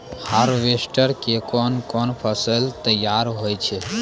Harvester के कोन कोन फसल तैयार होय छै?